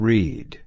Read